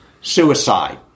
Suicide